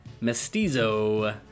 Mestizo